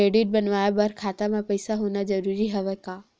Credit बनवाय बर खाता म पईसा होना जरूरी हवय का?